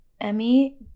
Emmy